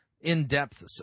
in-depth